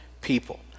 people